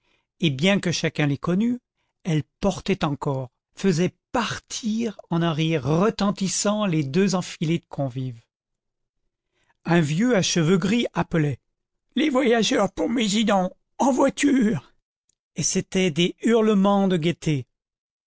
et bien que chacun les connût elles portaient encore faisaient partir en un rire retentissant les deux enfilées de convives un vieux à cheveux gris appelait les voyageurs pour mézidon en voiture et c'étaient des hurlements de gaieté